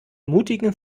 mutigen